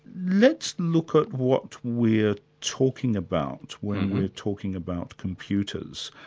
let's look at what we're talking about when we're talking about computers,